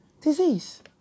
disease